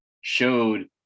showed